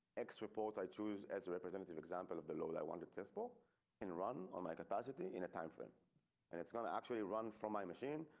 x reports i choose as a representative example of the load. i wanted test ball and run on my capacity in a time frame and it's going to actually run from my machine.